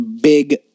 big